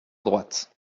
droite